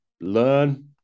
learn